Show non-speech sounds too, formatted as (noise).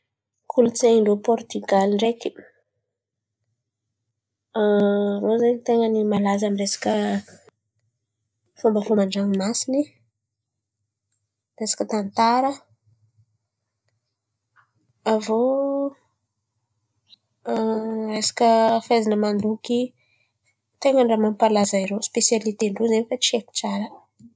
Kolontsain̈y ndrô Pôrtigialy ndreky (hesitation) irô zen̈y ten̈a ny malaza amy resaka fomba fomba an-dranomasin̈y resaka tantara. Avô (hesitation) resaka fahaizan̈a mandoky ten̈an-draha mampalaza irô, sipesialite ndrô tsy haiko tsara.